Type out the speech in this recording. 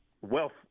wealth